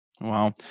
Wow